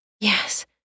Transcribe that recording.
Yes